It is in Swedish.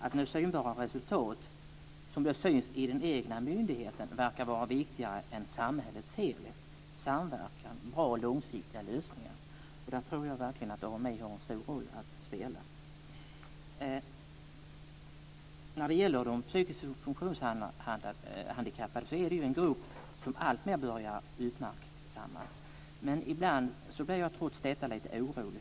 Att nå resultat som syns i den egna myndigheten verkar vara viktigare än att se till samhällets helhet, samverkan och bra och långsiktiga lösningar. Där tror jag verkligen att AMI har en stor roll att spela. De psykiskt funktionshandikappade är en grupp som alltmer börjar uppmärksammas. Trots detta blir jag ibland lite orolig.